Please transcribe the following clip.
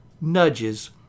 Nudges